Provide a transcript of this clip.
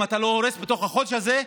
אם אתה לא הורס בתוך החודש הזה,